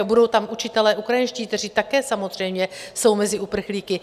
Budou tam učitelé ukrajinští, kteří také samozřejmě jsou mezi uprchlíky?